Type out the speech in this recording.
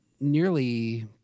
nearly